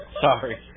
Sorry